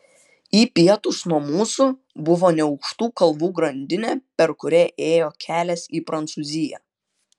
į pietus nuo mūsų buvo neaukštų kalvų grandinė per kurią ėjo kelias į prancūziją